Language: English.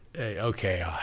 Okay